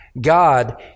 God